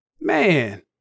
Man